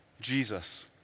Jesus